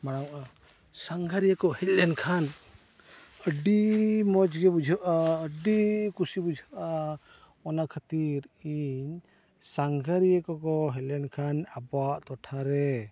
ᱢᱟᱲᱟᱝᱲᱚᱜᱼᱟ ᱥᱟᱸᱜᱷᱟᱨᱤᱭᱟᱹ ᱠᱚ ᱦᱮᱡ ᱞᱮᱱᱠᱷᱟᱱ ᱟᱹᱰᱤ ᱢᱚᱡᱽ ᱜᱮ ᱵᱩᱡᱷᱟᱹᱜᱼᱟ ᱟᱹᱰᱤ ᱠᱩᱥᱤ ᱵᱩᱡᱷᱟᱹᱜᱼᱟ ᱚᱱᱟ ᱠᱷᱟᱹᱛᱤᱨ ᱤᱧ ᱥᱟᱸᱜᱷᱟᱨᱤᱭᱟᱹ ᱠᱚᱠᱚ ᱦᱮᱡ ᱞᱮᱱᱠᱷᱟᱱ ᱟᱵᱚᱣᱟᱜ ᱴᱚᱴᱷᱟᱨᱮ